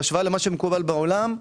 בהשוואה למה שמקובל בעולם,